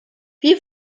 wie